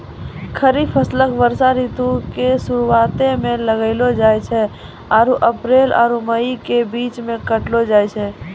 खरीफ फसल वर्षा ऋतु के शुरुआते मे लगैलो जाय छै आरु अप्रैल आरु मई के बीच मे काटलो जाय छै